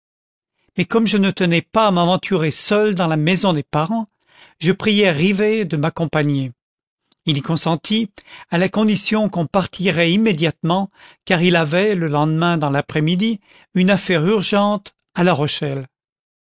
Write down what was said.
mais comme je ne tenais pas à m'aventurer seul dans la maison des parents je priai rivet de m'accompagner il y consentit à la condition qu'on partirait immédiatement car il avait le lendemain dans l'après-midi une affaire urgente à la rochelle